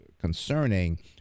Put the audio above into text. concerning